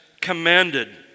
commanded